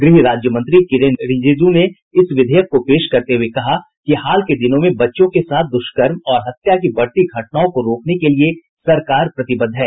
गृह राज्यमंत्री किरेन रिजिजू ने इस विधेयक को पेश करते हुए कहा कि हाल के दिनों में बच्चियों के साथ दुष्कर्म और हत्या की बढ़ती घटनाओं को रोकने के लिए सरकार प्रतिबद्ध है